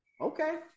Okay